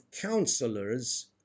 counselors